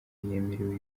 yemerewe